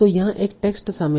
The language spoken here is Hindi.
तो यहाँ एक टेक्स्ट शामिल है